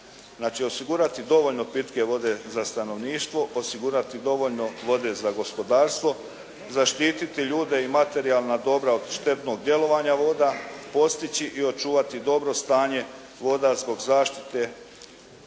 osigurati dovoljno pitke vode za stanovništvo, osigurati dovoljno vode za gospodarstvo, zaštititi ljude i materijalna dobra od štetnog djelovanja voda, postići i očuvati dobro stanje voda zbog zaštite vodnih